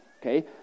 okay